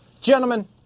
Gentlemen